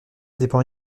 dépend